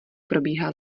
probíhá